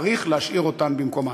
צריך להשאיר אותן במקומן.